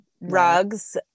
rugs